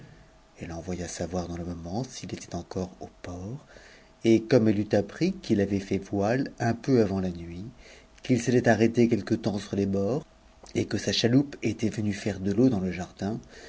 elle envoya savoir dans le moment s'il hit encore au port et comme elle eut appris qu'il avait fait voile un peu ijant nuit qu'il s'était arrêté quelque temps sur les bords et que sa chaloupe était venue faire de l'eau dans le jardin